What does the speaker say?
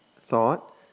thought